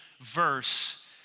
verse